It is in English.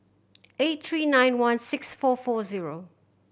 eight three nine one six four four zero